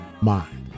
mind